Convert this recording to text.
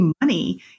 money